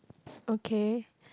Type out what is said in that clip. okay